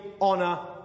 honor